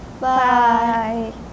Bye